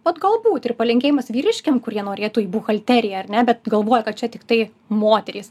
vat galbūt ir palinkėjimas vyriškiam kurie norėtų į buhalteriją ar ne bet galvoja kad čia tiktai moterys